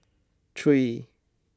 three